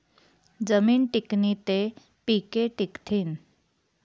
जमीन टिकनी ते पिके टिकथीन